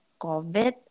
COVID